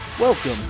Welcome